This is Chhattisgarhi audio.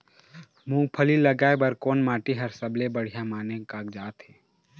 मूंगफली लगाय बर कोन माटी हर सबले बढ़िया माने कागजात हे?